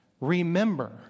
remember